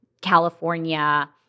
California